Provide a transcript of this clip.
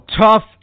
tough